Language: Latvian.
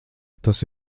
tas